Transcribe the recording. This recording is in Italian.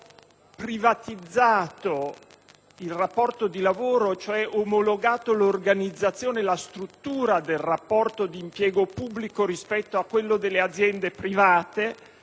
privatizzato il rapporto di lavoro, omologando l'organizzazione e la struttura del rapporto di impiego pubblico a quelli delle aziende private,